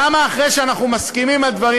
למה אחרי שאנחנו מסכימים על דברים,